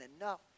enough